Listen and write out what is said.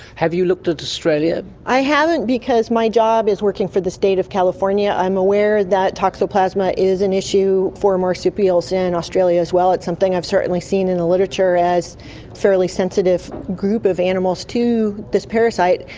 have you looked at australia? i haven't because my job is working for the state of california. i'm aware that toxoplasma is an issue for marsupials in australia as well. it's something i've certainly seen in the literature as a fairly sensitive group of animals to this parasite.